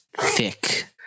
thick